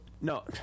No